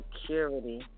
security